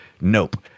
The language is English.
Nope